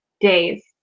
days